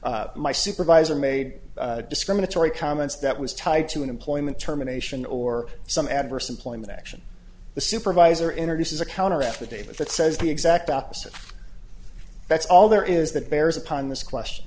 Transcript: says my supervisor made discriminatory comments that was tied to employment terminations or some adverse employment action the supervisor introduces a counter affidavit that says the exact opposite that's all there is that bears upon this question